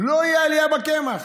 לא תהיה עלייה בקמח.